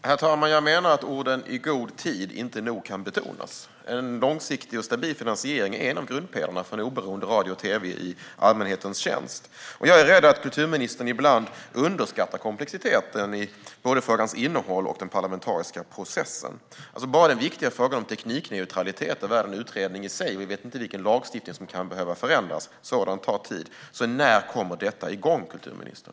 Herr talman! Jag menar att orden "i god tid" inte nog kan betonas. En långsiktig och stabil finansiering är en av grundpelarna för oberoende radio och tv i allmänhetens tjänst. Jag är rädd att kulturministern ibland underskattar komplexiteten i både frågans innehåll och den parlamentariska processen. Bara den viktiga frågan om teknikneutralitet är värd en utredning i sig, och vi vet inte vilken lagstiftning som kan behöva förändras. Sådant tar tid. När kommer detta igång, kulturministern?